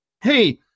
Hey